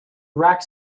rock